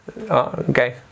Okay